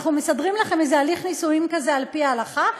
אנחנו מסדרים לכם איזה הליך נישואין כזה על פי ההלכה,